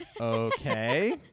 Okay